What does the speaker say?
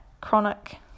chronic